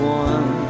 one